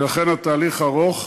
ולכן התהליך ארוך.